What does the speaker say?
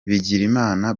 bigirimana